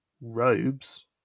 robes